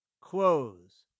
close